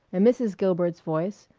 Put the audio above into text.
and mrs. gilbert's voice,